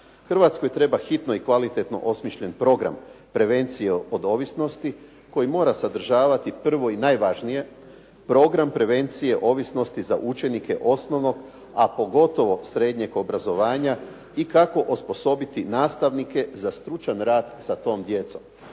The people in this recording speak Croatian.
Hrvatskoj treba hitno i kvalitetno osmišljen program, prevencije od ovisnosti koji mora sadržavati prvo i najvažnije program prevencije ovisnost za učenike osnovnog, a pogotovo srednjeg obrazovanja i kako osposobiti nastavnike za stručan rad sa tom djecom.